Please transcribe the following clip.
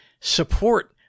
support